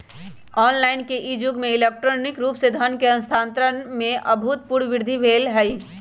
online के इ जुग में इलेक्ट्रॉनिक रूप से धन के स्थानान्तरण में अभूतपूर्व वृद्धि भेल हइ